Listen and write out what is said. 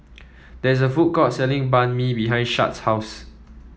there is a food court selling Banh Mi behind Shad's house